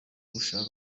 gushaka